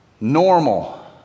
normal